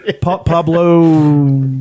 Pablo